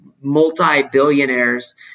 multi-billionaires